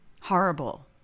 Horrible